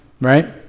right